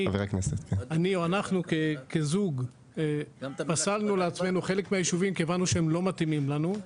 אנחנו כזוג פסלנו לעצמנו חלק מהיישובים כי הבנו שהם לא מתאימים לנו,